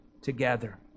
together